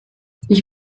ich